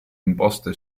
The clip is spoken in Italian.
imposte